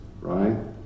right